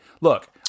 look